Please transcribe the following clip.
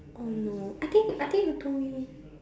oh no I think I think you told me